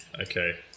okay